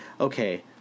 okay